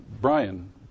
Brian